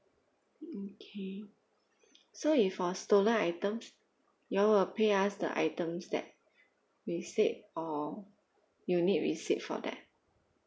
okay so if for stolen items you all will pay us the items that we said or you'll need receipt for that